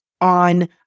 on